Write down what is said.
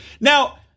now